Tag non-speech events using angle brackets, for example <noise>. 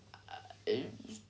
err <noise>